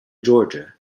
georgia